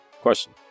question